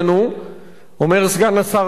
ואומרים אנשים אחרים במשרד החוץ,